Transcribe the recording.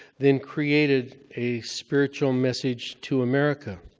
then created a spiritual message to america.